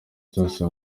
byose